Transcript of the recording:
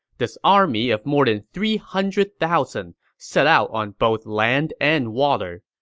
this army of more than three hundred thousand set out on both land and water.